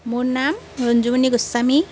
মোৰ নাম ৰঞ্জুমণি গোস্বামী